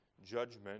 Judgment